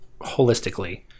holistically